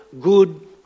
good